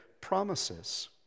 promises